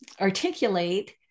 articulate